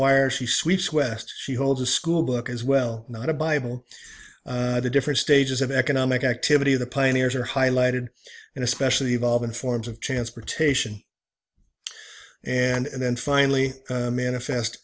wires she sweeps west she holds a school book as well not a bible the different stages of economic activity the pioneers are highlighted and especially evolve in forms of transportation and then finally manifest